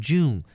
June